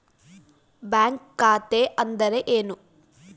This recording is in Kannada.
ಬ್ಯಾಂಕ್ ಖಾತೆ ಅಂದರೆ ಏನು?